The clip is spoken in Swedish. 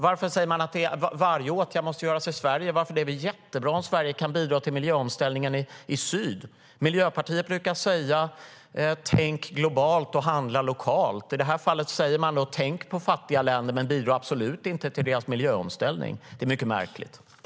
Varför säger man att varje åtgärd måste göras i Sverige? Det är väl jättebra om Sverige kan bidra till miljöomställningen i syd. Miljöpartiet brukar säga: Tänk globalt och handla lokalt. I det här fallet säger de: Tänk på fattiga länder men bidra absolut inte till deras miljöomställning. Det är mycket märkligt.